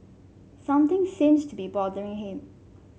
something seems to be bothering him